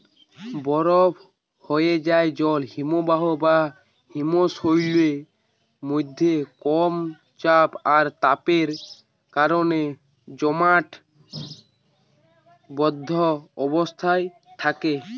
বরফ হোয়ে যায়া জল হিমবাহ বা হিমশৈলের মধ্যে কম চাপ আর তাপের কারণে জমাটবদ্ধ অবস্থায় থাকে